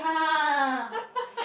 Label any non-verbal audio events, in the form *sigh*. *laughs*